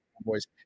boys